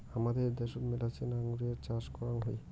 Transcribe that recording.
হামাদের দ্যাশোত মেলাছেন আঙুরের চাষ করাং হই